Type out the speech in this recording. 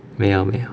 没有没有